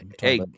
hey